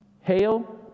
Hail